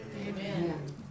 Amen